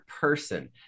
person